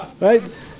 right